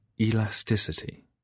elasticity